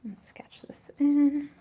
sketch this in.